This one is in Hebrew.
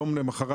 יום למחרת,